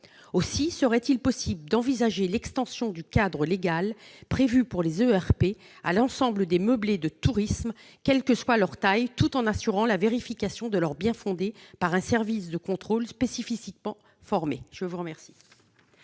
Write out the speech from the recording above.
Aussi, serait-il possible d'envisager l'extension du cadre légal prévu pour les ERP à l'ensemble des meublés de tourisme, quelle que soit leur taille, tout en assurant la vérification de leur bien-fondé par un service de contrôle spécifiquement formé